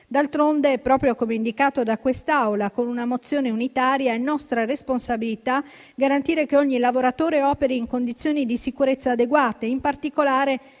D'altronde, proprio come indicato da quest'Assemblea con una mozione unitaria, è nostra responsabilità garantire che ogni lavoratore operi in condizioni di sicurezza adeguate, in particolare